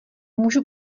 můžu